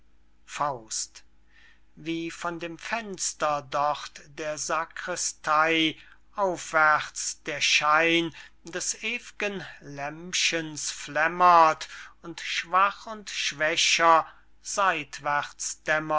faust mephistopheles wie von dem fenster dort der sakristey aufwärts der schein des ewigen lämpchens flämmert und schwach und schwächer